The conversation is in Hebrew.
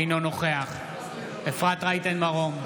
אינו נוכח אפרת רייטן מרום,